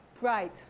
Right